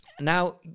now